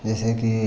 जैसे की